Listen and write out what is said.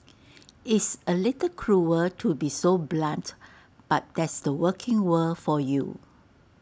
it's A little cruel were to be so blunt but that's the working world for you